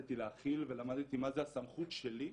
ולמדתי להכיל ולמדתי מה זה הסמכות שלי.